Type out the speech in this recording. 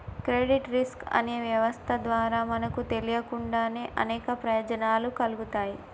credit risk అనే వ్యవస్థ ద్వారా మనకు తెలియకుండానే అనేక ప్రయోజనాలు కల్గుతాయి